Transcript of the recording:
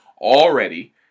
already